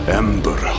ember